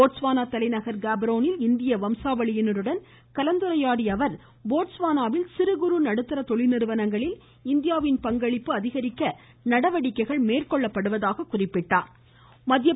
Botswana தலைநகர் புயடிழசழநெ ல் இந்திய வம்சாவளியினருடன் கலந்துரையாடிய அவர் போட்ஸ்வானாவில் சிறு குறு நடுத்தர தொழில்நிறுவனங்களில இந்தியாவின் பங்களிப்பு அதிகரிக்க நடவடிக்கைகள் மேற்கொள்ளப்படுவதாகவும் தெரிவித்தார்